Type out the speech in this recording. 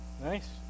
nice